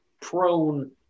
prone